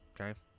okay